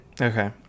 Okay